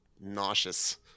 nauseous